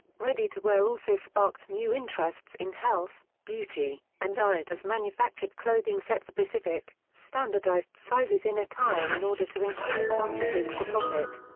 ready-to-wear also sparked new interests in health, beauty, and diet as manufactured clothing set specific, standardized sizes in attire in order to increase quantities for profit.